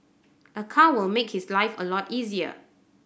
a car will make his life a lot easier